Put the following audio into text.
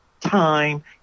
time